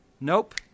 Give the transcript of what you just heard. nope